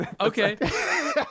Okay